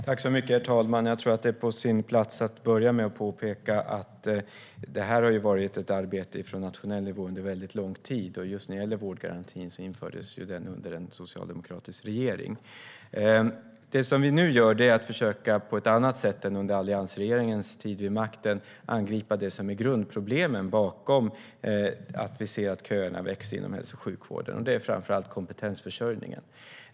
Herr talman! Jag tror att det är på sin plats att börja med att påpeka att det här har varit ett arbete från nationell nivå under lång tid. Vårdgarantin infördes under en socialdemokratisk regering. Det som vi nu gör är att på ett annat sätt än under alliansregeringens tid vid makten försöka angripa det som är grundproblemen bakom att köerna växer inom hälso och sjukvården. Det handlar framför allt om kompetensförsörjningen.